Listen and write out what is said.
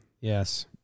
Yes